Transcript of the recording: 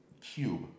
cube